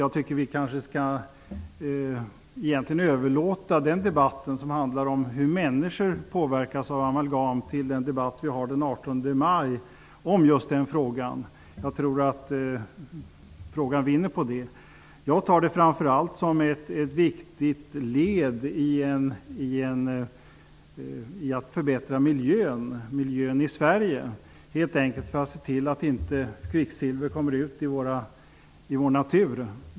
Men den debatten bör vi egentligen ta upp den 18 maj när vi behandlar frågan om hur människor påverkas av amalgam. Jag tror att ärendet vinner på det. Jag ser det här framför allt som ett viktigt led i att förbättra miljön i Sverige, för att se till att inte kvicksilver kommer ut i vår natur.